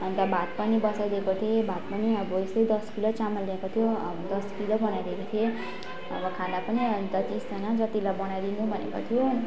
अन्त भात पनि बसाइदिएको थिएँ भात पनि अब यस्तै दस किलो चामल ल्याएको थियो दस किलो बनाइदिएको थिएँ अब खाना पनि अन्त तिसजना जतिलाई बनाइदिनु भनेको थियो